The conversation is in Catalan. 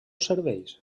serveis